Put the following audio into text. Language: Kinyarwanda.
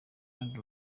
kandi